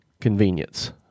convenience